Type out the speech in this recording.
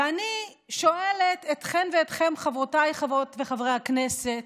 ואני שואלת אתכם ואתכן, חברותיי וחברי הכנסת: